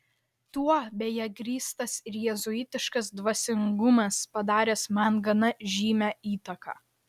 tuo beje grįstas ir jėzuitiškas dvasingumas padaręs man gana žymią įtaką